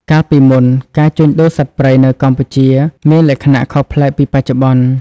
កាលពីមុន ការជួញដូរសត្វព្រៃនៅកម្ពុជាមានលក្ខណៈខុសប្លែកពីបច្ចុប្បន្ន។